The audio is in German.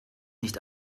nicht